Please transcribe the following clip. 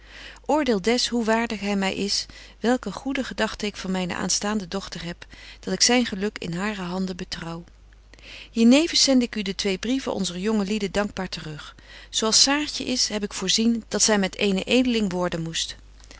oordeel des hoe waardig hy my is welke goede gedagten ik van myne aanstaande dochter heb dat ik zyn geluk in hare handen betrouw hier nevens zende ik u de twee brieven onzer jonge lieden dankbaar te rug zo als saartje is heb ik voorzien dat zy met eenen edeling worden moest